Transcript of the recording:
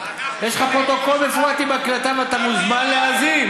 יש לך פרוטוקול מפורט עם הקלטה ואתה מוזמן להאזין,